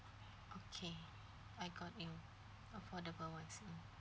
okay I got it affordable ones